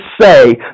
say